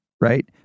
right